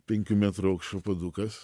penkių metrų aukščio puodukas